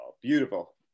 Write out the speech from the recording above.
beautiful